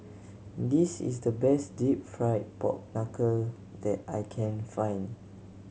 this is the best Deep Fried Pork Knuckle that I can find